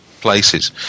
places